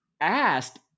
asked